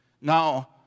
Now